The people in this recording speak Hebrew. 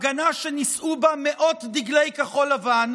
הפגנה שנישאו בה מאות דגלי כחול לבן,